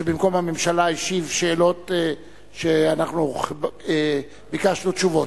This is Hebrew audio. שבמקום הממשלה השיב על שאלות שאנחנו ביקשנו עליהן תשובות.